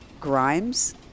Grimes